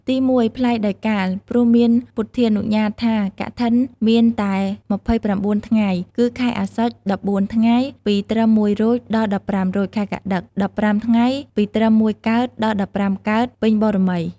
ទីមួយ ប្លែកដោយកាល ព្រោះមានពុទ្ធានុញ្ញាតថា កឋិនមានតែ២៩ថ្ងៃ គឺខែអស្សុជ ១៤ថ្ងៃ ពីត្រឹម១រោច ដល់១៥រោច ខែកត្តិក ១៥ថ្ងៃ ពីត្រឹម១កើត ដល់១៥កើត ពេញបូណ៌មី។